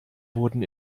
wurden